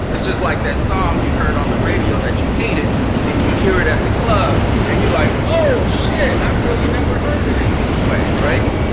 it's just like that song you heard on the radio, that you hated. but then you hear it at the club, and you're like oh, shit! i've really never heard it in this way. right?